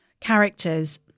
characters